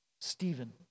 Stephen